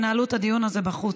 ינהלו את הדיון הזה בחוץ.